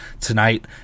tonight